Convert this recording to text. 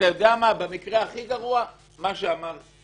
כמו שאומרים